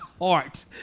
heart